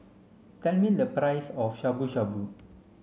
tell me the price of Shabu Shabu